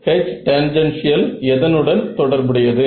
H tangential எதனுடன் தொடர்புடையது